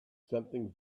something